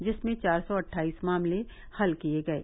जिसमें चार सौ अट्ठाईस मामले हल किए गये